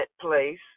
place